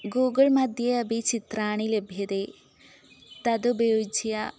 Google मध्ये अपि चित्राणि लभ्यन्ते तदुपयुज्य